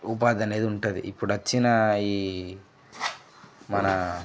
ఉపాధి అనేది ఉంటుంది ఇప్పుడొచ్చిన ఈ మన